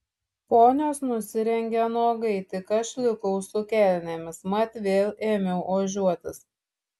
ponios nusirengė nuogai tik aš likau su kelnėmis mat vėl ėmiau ožiuotis